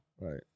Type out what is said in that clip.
Right